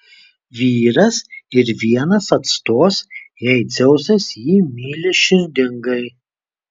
vyras ir vienas atstos jei dzeusas jį myli širdingai